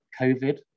COVID